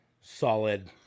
solid